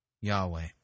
Yahweh